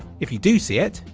if you do see it,